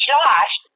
Josh